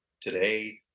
today